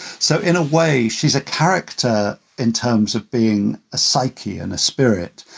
so in a way, she's a character in terms of being a psyche and a spirit,